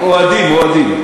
אוהדים, אוהדים.